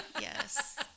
Yes